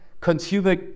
Consumer